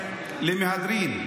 למהדרין,